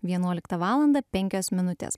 vienuoliktą valandą penkios minutės